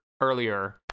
earlier